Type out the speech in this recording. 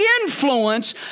influence